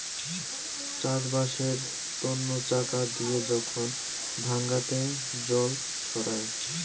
চাষবাসের তন্ন চাকা দিয়ে যখন ডাঙাতে জল ছড়ায়